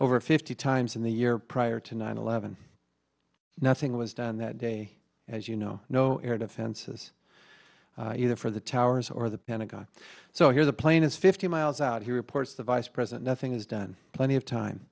over fifty times in the year prior to nine eleven nothing was done that day as you know no air defenses either for the towers or the pentagon so i hear the plane is fifty miles out he reports the vice president nothing is done plenty of time